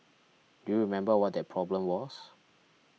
do you remember what that problem was